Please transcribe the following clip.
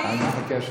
שנקלט.